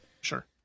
Sure